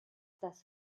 das